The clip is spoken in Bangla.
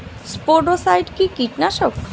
স্পোডোসাইট কি কীটনাশক?